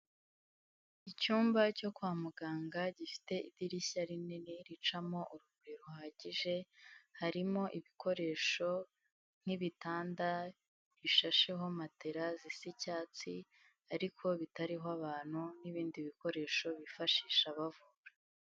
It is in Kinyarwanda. Icyumba cyo kwa muganga gifite idirishya rinini ricamo urumuri ruhagije harimo ibikoresho nk'ibitanda bishasheho matela zisa icyatsi ariko bitariho abantu n'ibindi bikoresho bifashisha bavura.